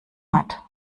hat